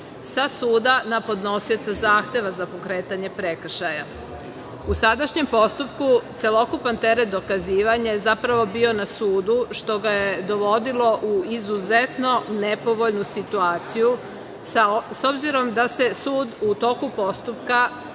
sa suda na podnosioca zahteva za pokretanje prekršaja.U sadašnjem postupku celokupan teret dokazivanja je zapravo bio na sudu, što ga je dovodilo u izuzetno nepovoljnu situaciju, s obzirom da se sud u toku postupka